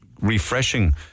refreshing